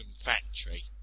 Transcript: factory